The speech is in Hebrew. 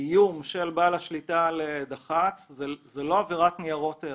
איום של בעל השליטה על דח"צ זה לא עבירת ניירות ערך.